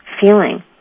feeling